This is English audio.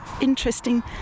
interesting